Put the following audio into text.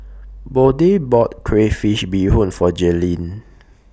Bode bought Crayfish Beehoon For Jalyn